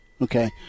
Okay